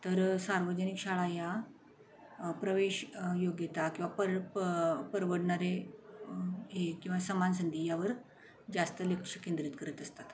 तर सार्वजनिक शाळा या प्रवेश योग्यता किंवा पर प परवडणारे हे किंवा समान संधी यावर जास्त लक्ष केंद्रित करीत असतात